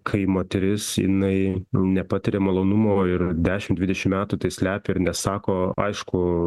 kai moteris jinai nepatiria malonumo ir dešim dvidešim metų tai slepia ir nesako aišku